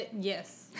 Yes